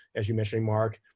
as you mentioned, mark.